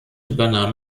übernahm